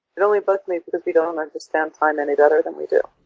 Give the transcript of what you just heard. it only bugs me because we don't um understand time any better than we do.